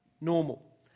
normal